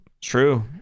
true